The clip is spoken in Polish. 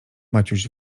maciuś